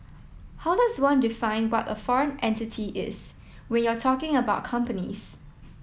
how does one define what a foreign entity is when you're talking about companies